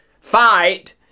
fight